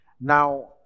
Now